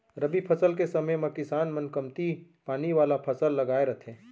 रबी फसल के समे म किसान मन कमती पानी वाला फसल लगाए रथें